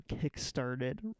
kick-started